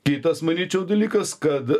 kitas manyčiau dalykas kad